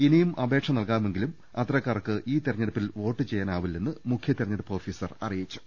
ഇനിയും അപേക്ഷ നൽകാമെങ്കിലും അത്തരക്കാർക്ക് ഈ തെരഞ്ഞെടുപ്പിൽ വോട്ട് ചെയ്യാനാവില്ലെന്ന് മുഖ്യ തെരഞ്ഞെ ടുപ്പ് ഓഫീസർ അറിയിച്ചു